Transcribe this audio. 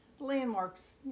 landmarks